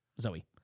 Zoe